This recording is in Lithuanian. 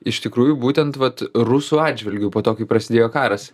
iš tikrųjų būtent vat rusų atžvilgiu po to kai prasidėjo karas